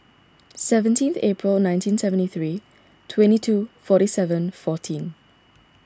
seventeen April nineteen seventy three twenty two forty seven fourteen